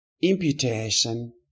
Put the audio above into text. imputation